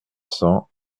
cents